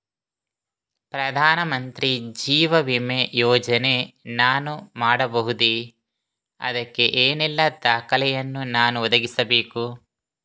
ಪ್ರಧಾನ ಮಂತ್ರಿ ಜೀವ ವಿಮೆ ಯೋಜನೆ ನಾನು ಮಾಡಬಹುದೇ, ಅದಕ್ಕೆ ಏನೆಲ್ಲ ದಾಖಲೆ ಯನ್ನು ನಾನು ಒದಗಿಸಬೇಕು?